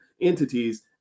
entities